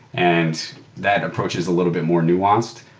and that approach is a little bit more nuanced.